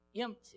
empty